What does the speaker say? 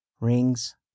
rings